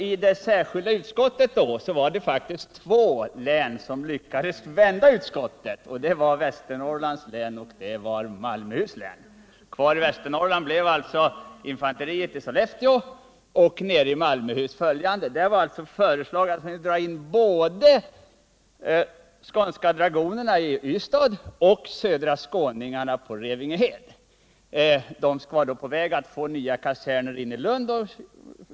I det särskilda utskottet var det två län som lyckades vända utskottet, och det var just Västernorrlands län och Malmöhus län. Kvar i Västernorrland blev alltså infanteriet i Sollefteå och i Malmöhus län följande. Det var förslag om att dra in både Skånska dragonerna i Ystad och Södra skåningarna på Revingehed. De var då på väg att få nya kaserner i Lund.